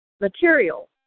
material